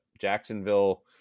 Jacksonville